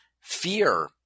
fear